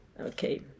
okay